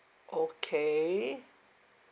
okay